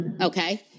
Okay